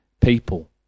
people